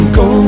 go